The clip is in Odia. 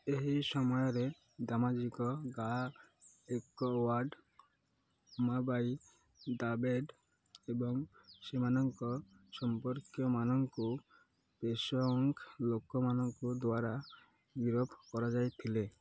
ଏହି ସମୟରେ ଦାମାଜୀକ ଏକୱାଡ଼୍ ଉମାବାଇ ଦାବେଡ଼୍ ଏବଂ ସେମାନଙ୍କ ସମ୍ପର୍କୀୟମାନଙ୍କୁ ପେଶୱାଙ୍କ ଲୋକମାନଙ୍କ ଦ୍ଵାରା ଗିରଫ କରାଯାଇଥିଲା